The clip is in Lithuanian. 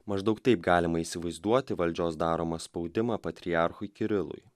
maždaug taip galima įsivaizduoti valdžios daromą spaudimą patriarchui kirilui